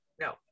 No